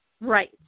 Right